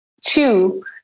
Two